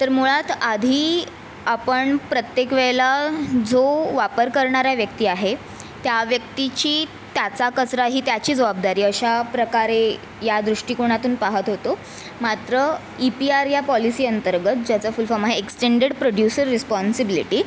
तर मुळात आधी आपण प्रत्येक वेळेला जो वापर करणाऱ्या व्यक्ती आहे त्या व्यक्तीची त्याचा कचरा ही त्याची जवाबदारी अशाप्रकारे या दृष्टीकोणातून पाहत होतो मात्र ई पी आर या पॉलिसीअंतर्गत ज्याचा फुल फॉर्म आहे एक्स्टेंडेड प्रोड्यूसर रिस्पॉन्सिबिलीटी